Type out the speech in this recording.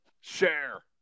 Share